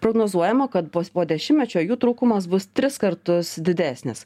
prognozuojama kad bus po po dešimtmečio jų trūkumas bus tris kartus didesnis